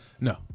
No